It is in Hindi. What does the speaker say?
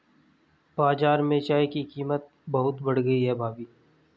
बाजार में चाय की कीमत बहुत बढ़ गई है भाभी